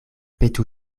petu